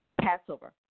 Passover